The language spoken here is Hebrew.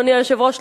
אדוני היושב-ראש,